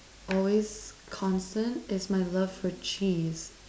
always constant is my love for cheese